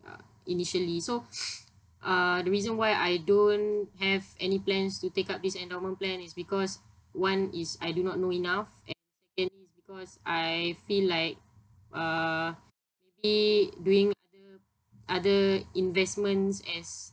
uh initially so uh the reason why I don't have any plans to take up this endowment plan is because one is I do not know enough and because I feel like uh me doing other investments as